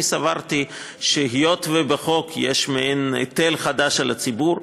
אני סברתי שהיות שבחוק יש מעין היטל חדש על הציבור,